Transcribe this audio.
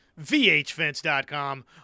vhfence.com